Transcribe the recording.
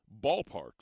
Ballparks